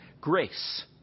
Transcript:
Grace